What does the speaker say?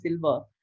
silver